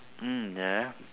mm ya